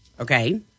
Okay